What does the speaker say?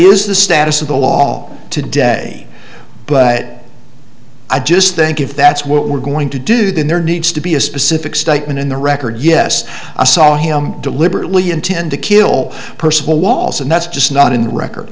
is the status of the law today but i just think if that's what we're going to do then there needs to be a specific statement in the record yes i saw him deliberately intend to kill personal loss and that's just not in the record